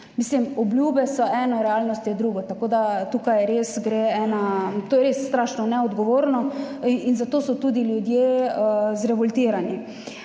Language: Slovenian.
Obljube so eno, realnost je drugo, tako da, to je res strašno neodgovorno in zato so tudi ljudje zrevoltirani.